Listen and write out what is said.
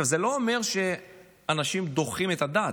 עכשיו, זה לא אומר שאנשים דוחים את הדת.